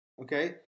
okay